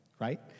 right